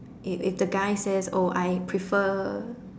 if if the guy says oh I prefer